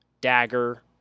dagger